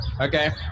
Okay